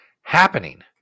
happening